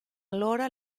allora